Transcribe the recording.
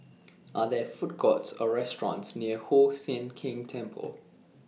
Are There Food Courts Or restaurants near Hoon Sian Keng Temple